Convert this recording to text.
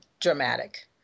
dramatic